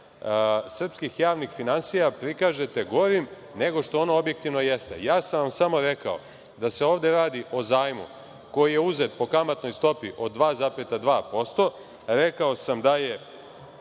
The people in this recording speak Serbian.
srpskih javnih finansija prikažete gorim nego što ono objektivno jeste. Samo sam rekao da se ovde radi o zajmu koji je uzet po kamatnoj stopi od 2,2%j. Rekao sam da